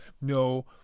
No